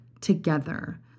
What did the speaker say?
together